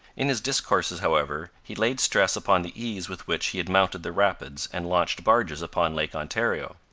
in his discourses, however, he laid stress upon the ease with which he had mounted the rapids and launched barges upon lake ontario.